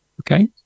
Okay